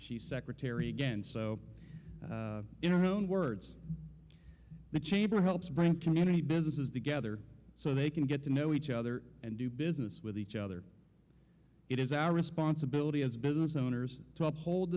she's secretary again so in her own words the chamber helps bring community businesses together so they can get to know each other and do business with each other it is our responsibility as business owners t